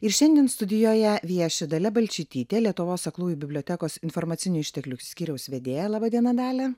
ir šiandien studijoje vieši dalia balčytytė lietuvos aklųjų bibliotekos informacinių išteklių skyriaus vedėja laba diena dalia